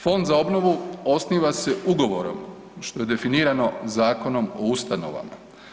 Fond za obnovu osniva se ugovorom što je definirano Zakonom o ustanovama.